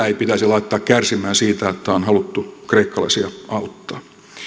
ei pitäisi laittaa kärsimään siitä että on haluttu kreikkalaisia auttaa